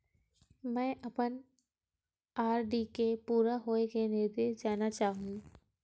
मैं अपन आर.डी के पूरा होये के निर्देश जानना चाहहु